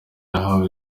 yahawe